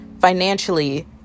financially